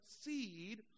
seed